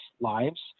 lives